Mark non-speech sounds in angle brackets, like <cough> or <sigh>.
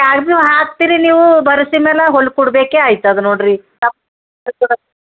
<unintelligible> ಹಾಕ್ತೀರಿ ನೀವು ಬರೋಸಿ ಮೇಲೆ ಹೊಲ್ಕೊಡ್ಬೇಕೆ ಐತದ ನೋಡಿರಿ <unintelligible>